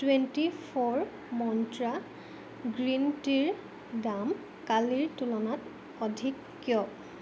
twenty four Mantra green টিৰ দাম কালিৰ তুলনাত অধিক কিয়